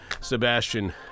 Sebastian